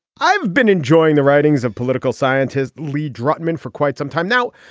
i've been enjoying the writings of political scientist lee drutman for quite some time now.